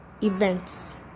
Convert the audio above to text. events